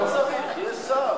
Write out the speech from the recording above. לא צריך, יש שר.